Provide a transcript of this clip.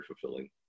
fulfilling